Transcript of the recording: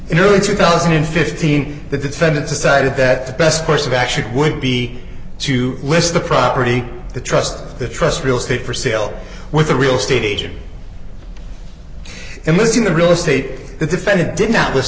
in early two thousand and fifteen the defendant decided that the best course of action would be to list the property the trust of the trust real estate for sale with a real estate agent and missing the real estate the defendant did not